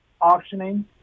auctioning